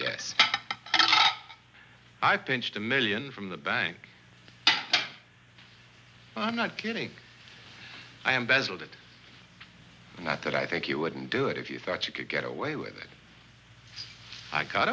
yes i pinched a million from the bank i'm not kidding i am battled it not that i think you wouldn't do it if you thought you could get away with it i got